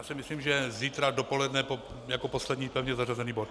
Já si myslím, že zítra dopoledne jako poslední pevně zařazený bod.